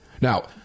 Now